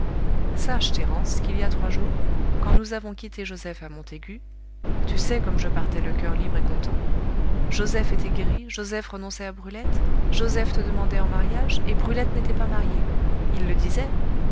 sache thérence qu'il y a trois jours quand nous avons quitté joseph à montaigu tu sais comme je partais le coeur libre et content joseph était guéri joseph renonçait à brulette joseph te demandait en mariage et brulette n'était pas mariée il le disait